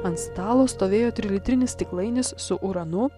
ant stalo stovėjo trilitrinis stiklainis su uranu